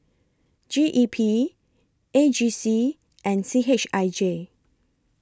G E P A G C and C H I J